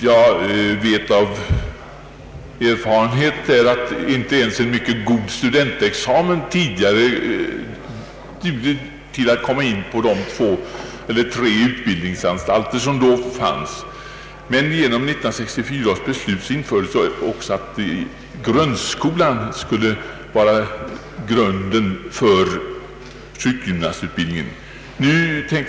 Jag vet av erfarenhet att inte ens en mycket god studentexamen tidigare räckte för att komma in på de två eller tre utbildningsanstalter som då fanns. Men genom 1964 års riksdagsbeslut fastställdes att grundskolan skulle vara tillräcklig grund för sjukgymnastutbildning.